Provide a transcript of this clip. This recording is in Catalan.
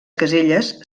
caselles